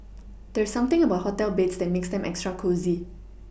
there's something about hotel beds that makes them extra cosy